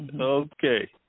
Okay